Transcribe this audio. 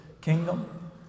kingdom